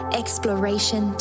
exploration